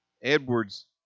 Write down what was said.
Edward's